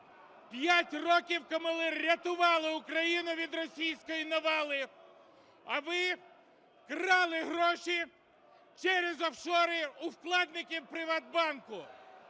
5 років, коли ми рятували Україну від російської навали! А ви крали гроші через офшори у вкладників ПриватБанку!